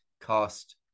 cost